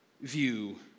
view